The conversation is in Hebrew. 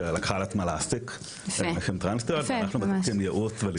שלקחה על עצמה להעסיק נשים טרנסיות ואנחנו מספקים ייעוץ וליווי.